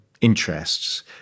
interests